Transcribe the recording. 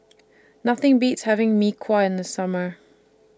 Nothing Beats having Mee Kuah in The Summer